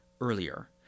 earlier